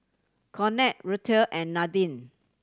Conard Ruthe and Nadine